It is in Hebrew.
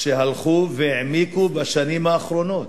שהלכו והעמיקו בשנים האחרונות.